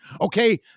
Okay